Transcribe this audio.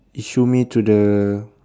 issue me to the